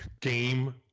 Game